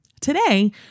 Today